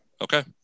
Okay